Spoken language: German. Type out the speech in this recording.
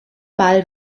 ball